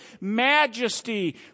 majesty